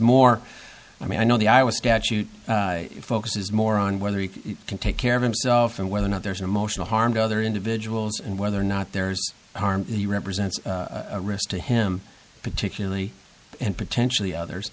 more i mean i know the i was statute focuses more on whether you can take care of himself and whether or not there's an emotional harm to other individuals and whether or not there's harm he represents a risk to him particularly and potentially others